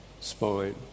spine